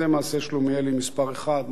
זה מעשה שלומיאלי מספר אחת.